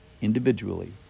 individually